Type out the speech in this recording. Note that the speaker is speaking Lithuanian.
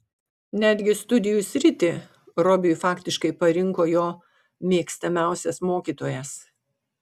netgi studijų sritį robiui faktiškai parinko jo mėgstamiausias mokytojas